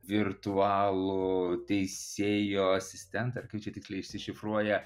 virtualų teisėjo asistentą ar kaip čia tiksliai išsišifruoja